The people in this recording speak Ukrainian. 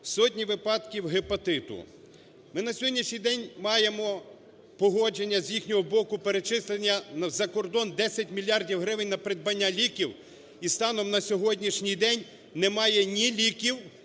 сотні випадків гепатиту. Ми на сьогоднішній день маємо погодження з їхнього боку перечислення за кордон 10 мільярдів гривень на придбання ліків. І станом на сьогоднішній день немає ні ліків